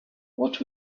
what